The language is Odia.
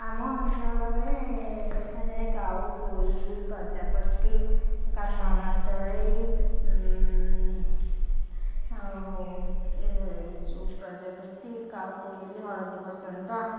ଆମ ଅଞ୍ଚଳରେ ଦେଖାଯାଏ କାଉ କୋଇଲି ପ୍ରଜାପତି କାଠ ହଣା ଚଢ଼େଇ ଆଉ ଏଇ ଯେଉଁ ପ୍ରଜାପତି କାଉ କୋଇଲି ହଳଦୀବସନ୍ତ